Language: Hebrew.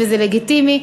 וזה לגיטימי.